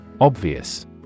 Obvious